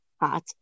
Hot